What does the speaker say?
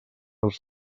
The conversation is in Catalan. els